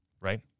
Right